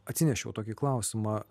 atsinešiau tokį klausimą